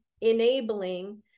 enabling